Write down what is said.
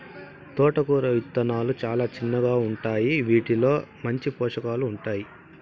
తోటకూర ఇత్తనాలు చానా చిన్నగా ఉంటాయి, వీటిలో మంచి పోషకాలు ఉంటాయి